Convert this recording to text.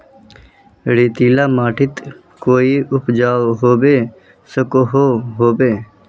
रेतीला माटित कोई उपजाऊ होबे सकोहो होबे?